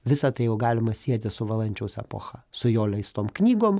visa tai jau galima sieti su valančiaus epocha su jo leistom knygom